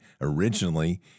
originally